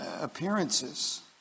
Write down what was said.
appearances